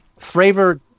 Fravor